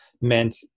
meant